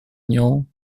nią